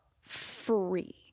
free